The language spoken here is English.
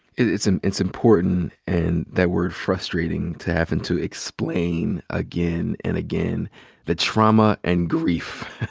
it's um it's important and that word frustrating to have and to explain again and again the trauma and grief